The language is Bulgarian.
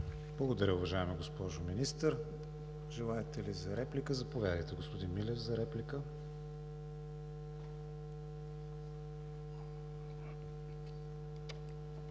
Благодаря, уважаема госпожо Министър. Желаете ли за реплика? Заповядайте, господин Милев, за реплика.